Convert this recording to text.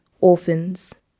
orphans